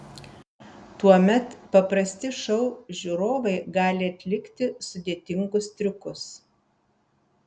tuomet paprasti šou žiūrovai gali atlikti sudėtingus triukus